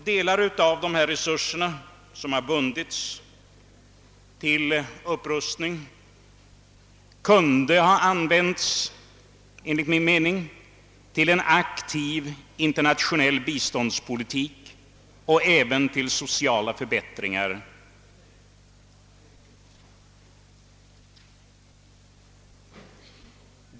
Delar av dessa resurser, som har bundits till upprustning, kunde enligt min mening ha använts till en aktiv, internationell biståndspolitik och även till sociala förbättringar.